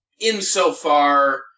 insofar